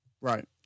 Right